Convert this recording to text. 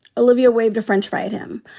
olivia waved a french fry at him.